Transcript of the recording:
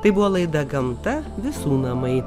tai buvo laida gamta visų namai